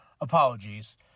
apologies